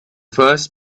first